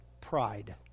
pride